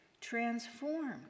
transformed